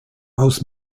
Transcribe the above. aus